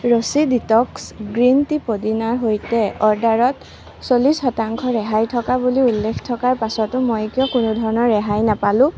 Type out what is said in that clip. ৰচি detox green tea পদিনাৰ সৈতে অৰ্ডাৰত চল্লিছ শতাংশ ৰেহাই থকা বুলি উল্লেখ থকাৰ পাছতো মই কিয় কোনোধৰণৰ ৰেহাই নাপালো